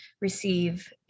receive